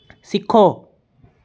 सिक्खो